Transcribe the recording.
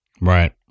Right